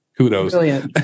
Kudos